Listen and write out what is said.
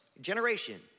generation